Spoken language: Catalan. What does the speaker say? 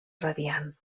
radiant